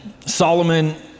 Solomon